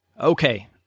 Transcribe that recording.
Okay